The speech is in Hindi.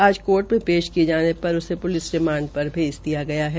आज कोर्ट में ऐश किये जाने र उसे ुलिस रिमांड र भेज दिया गया है